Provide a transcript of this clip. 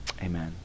amen